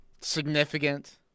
significant